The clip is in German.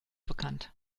bekannt